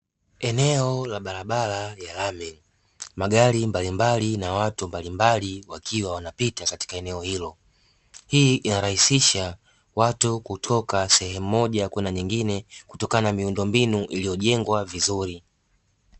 Eneo la barabara ya lami, magari mbalimbali na watu mbalimbali wakiwa wanapita katika eneo hilo, hii inarahisisha watu kutoka sehemu moja kwenda nyingine, kutokana na miundombinu iliyojengwa vizuri.